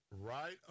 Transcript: Right